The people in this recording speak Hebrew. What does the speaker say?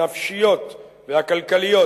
הנפשיות והכלכליות.